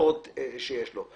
הלקוחות שיש לו.